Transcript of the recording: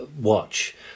watch